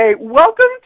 Welcome